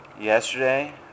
Yesterday